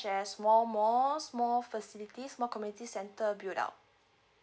as more malls more facilities more community center built up